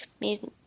made